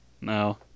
No